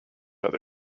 other